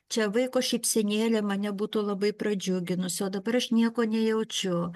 čia vaiko šypsenėlė mane būtų labai pradžiuginusi o dabar aš nieko nejaučiu